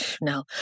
no